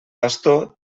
pastor